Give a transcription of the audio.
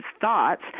thoughts